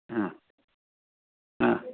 हा हा